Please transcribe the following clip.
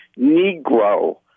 negro